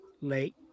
Late